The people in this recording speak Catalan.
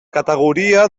categoria